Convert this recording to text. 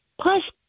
Plus